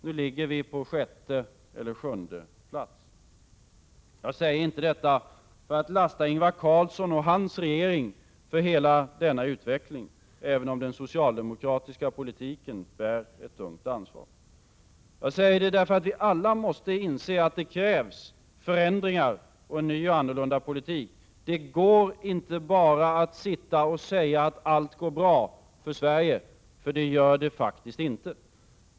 Nu ligger vi på sjätte eller sjunde plats. Jag säger inte detta för att lasta Ingvar Carlsson och hans regering för hela denna utveckling, även om den socialdemokratiska politiken bär ett tungt ansvar. Jag säger det därför att vi alla måste inse att det krävs förändringar och en ny och annorlunda politik. Det går inte att bara säga att allt går bra för Sverige. Så är det faktiskt inte.